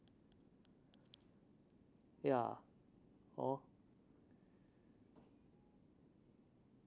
ya hor